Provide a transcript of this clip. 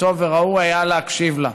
וטוב וראוי היה להקשיב לה.